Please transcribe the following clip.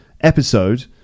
episode